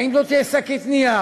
האם זו תהיה שקית נייר,